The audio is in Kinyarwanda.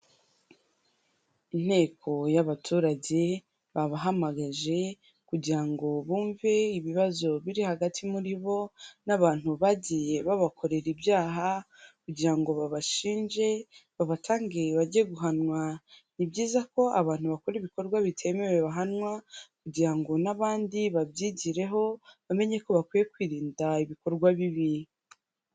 Inteko y'abaturage, babahamagaje kugira ngo bumve ibibazo biri hagati muri bo n'abantu bagiye babakorera ibyaha kugira ngo babashinje, babatange bajye guhanwa. Ni byiza ko abantu bakora ibikorwa bitemewe bahanwa kugira ngo n'abandi babyigireho, bamenye ko bakwiye kwirinda ibikorwa bibi.